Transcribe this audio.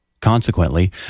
Consequently